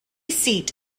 seat